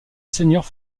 seigneurs